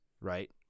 right